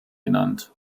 genannt